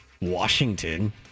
Washington